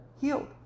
healed